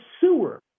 sewer